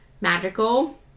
magical